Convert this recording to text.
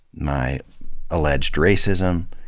my alleged racism,